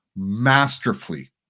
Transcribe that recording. masterfully